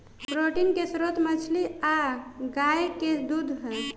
protein के स्त्रोत मछली आ गाय के दूध ह